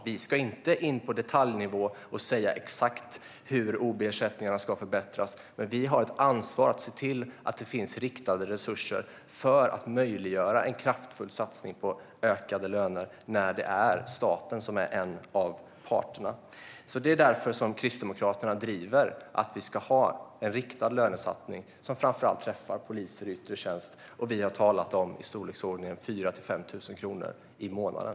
Vi ska inte gå in på detaljnivå och säga exakt hur ob-ersättningarna ska förbättras, men vi har ett ansvar att se till att det finns riktade resurser för att möjliggöra en kraftfull satsning på höjda löner när det är staten som är en av parterna. Det är därför Kristdemokraterna driver att vi ska ha en riktad lönesatsning som träffar framför allt poliser i yttre tjänst. Vi har talat om en höjning i storleksordningen 4 000-5 000 kronor i månaden.